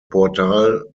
portal